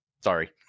sorry